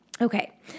Okay